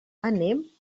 anem